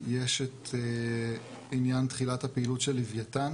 יש את עניין תחילת פעילות של לוויתן